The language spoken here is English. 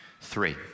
Three